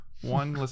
one